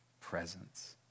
presence